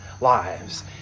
lives